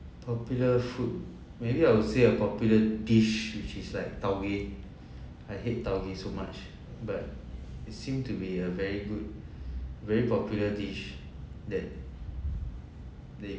popular food maybe I would say a popular dish which is like taugeh I hate taugeh so much but it seem to be a very good very popular dish that they